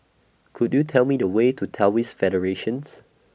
Could YOU Tell Me The Way to Taoist Federations